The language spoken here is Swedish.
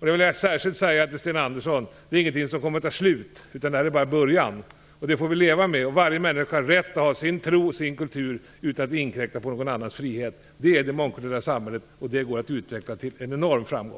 Det är ingenting som kommer att ta slut - det vill jag särskilt säga till Sten Andersson - utan det här är bara början. Detta får vi leva med. Varje människa har rätt att ha sin tro och sin kultur om den inte inkräktar på någon annans frihet. Det är det mångkulturella samhället, och det går att utveckla till en enorm framgång.